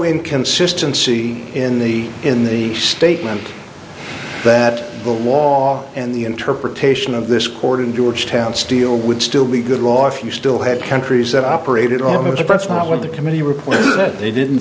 inconsistency in the in the statement that the wall and the interpretation of this court in georgetown steel would still be good law if you still have countries that operated